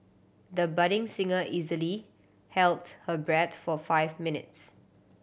the budding singer easily held her breath for five minutes